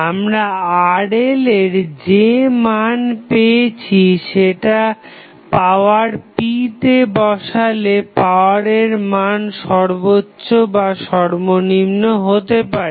আমরা RL এর যে মান পেয়েছি সেটা পাওয়ার p তে বসালে পাওয়ারের মান সর্বোচ্চ বা সর্বনিম্ন হতে পারে